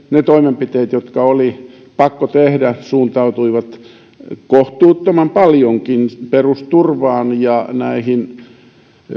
ne toimenpiteet jotka oli pakko tehdä suuntautuivat kohtuuttomankin paljon perusturvaan ja näihin